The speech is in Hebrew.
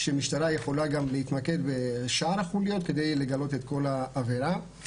המשטרה יכולה גם להתמקד בשאר החוליות כדי לגלות את כל העבירה.